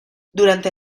durante